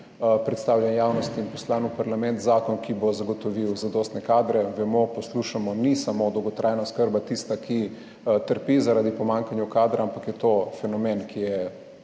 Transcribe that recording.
predstavljen javnosti in poslan v parlament, zakon, ki bo zagotovil zadostne kadre. Vemo, poslušamo, ni samo dolgotrajna oskrba tista, ki trpi zaradi pomanjkanja kadra, ampak je to fenomen, ki je